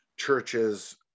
churches